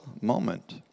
moment